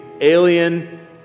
alien